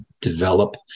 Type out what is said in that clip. develop